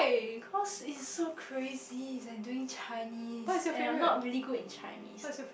cause it's so crazy it's like doing Chinese and I'm not really good in Chinese